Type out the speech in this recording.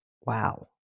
wow